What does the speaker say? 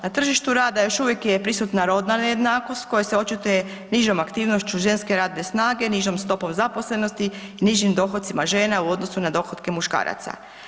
Na tržištu rada još uvijek je prisutna rodna nejednakost koja se očituje nižom aktivnošću ženske radne snage, nižom stopom zaposlenosti i nižim dohocima žena u odnosu na dohotke muškaraca.